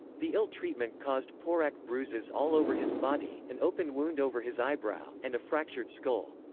the ill-treatment caused pourak bruises all over his body, an open wound over his eyebrow, and a fractured skull.